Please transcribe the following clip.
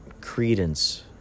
Credence